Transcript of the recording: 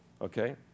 okay